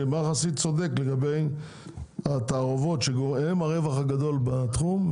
שמר חסיד צודק לגבי התערובות שהן הרווח הגדול בתחום,